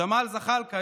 ג'מאל זחלאקה,